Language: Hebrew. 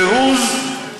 פירוז,